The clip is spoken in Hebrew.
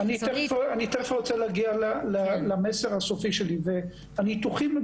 אני רוצה להגיע למסר הסופי שלי: הניתוחים הם